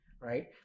right